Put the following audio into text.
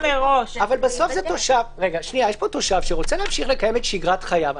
יש פה תושב שרוצה להמשיך לקיים את שגרת חייו.